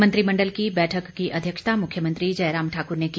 मंत्रिमण्डल की बैठक की अध्यक्षता मुख्यमंत्री जयराम ठाकर ने की